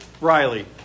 Riley